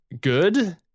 good